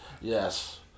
Yes